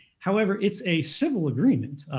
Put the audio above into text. however, it's a civil agreement,